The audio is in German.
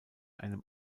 einem